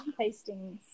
tastings